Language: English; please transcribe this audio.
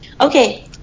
Okay